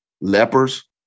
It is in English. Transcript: lepers